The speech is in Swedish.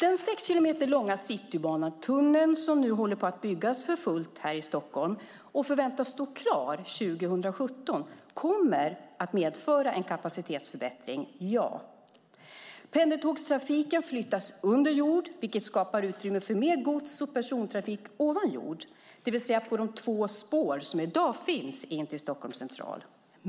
Den 6 kilometer långa Citybanetunneln, som nu håller på att byggas för fullt här i Stockholm och som förväntas stå klar 2017, kommer att medföra en kapacitetsförbättring - ja. Pendeltågstrafiken flyttas under jord, vilket skapar utrymme för mer gods och persontrafik ovan jord, det vill säga på de två spår som i dag finns in till Stockholms central.